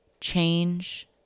change